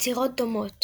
יצירות דומות